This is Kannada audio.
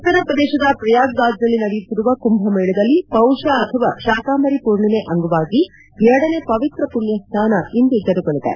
ಉತ್ತರಪ್ರದೇಶದ ಪ್ರಯಾಗ್ರಾಜ್ನಲ್ಲಿ ನಡೆಯುತ್ತಿರುವ ಕುಂಭಮೇಳದಲ್ಲಿ ಪೌಷ ಅಥವಾ ಶಾಕಂಬರಿ ಮೂರ್ಣಿಮೆ ಅಂಗವಾಗಿ ಎರಡನೇ ಪವಿತ್ರ ಮಣ್ಯಸ್ನಾನ ಇಂದು ಜರುಗಲಿದೆ